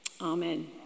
Amen